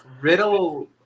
riddle